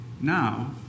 Now